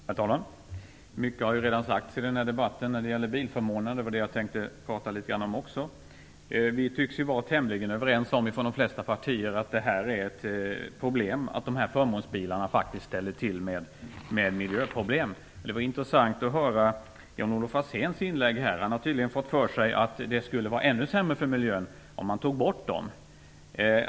Herr talman! Mycket har redan sagts i debatten när det gäller bilförmånerna, något som jag också tänker prata litet grand om. Vi tycks ju från de flesta partier vara tämligen överens om att förmånsbilarna faktiskt ställer till med miljöproblem. Det var intressant att höra Jan-Olof Franzéns inlägg här. Han har tydligen fått för sig att det skulle bli ännu sämre för miljön, om förmånsbilarna togs bort.